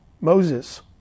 Moses